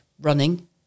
running